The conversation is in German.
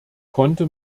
konnte